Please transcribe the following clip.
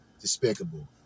despicable